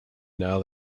now